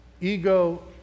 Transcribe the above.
ego